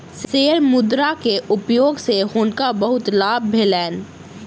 share मुद्रा के उपयोग सॅ हुनका बहुत लाभ भेलैन